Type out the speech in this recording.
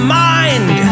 mind